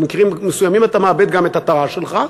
במקרים מסוימים אתה מאבד גם את הטר"ש שלך.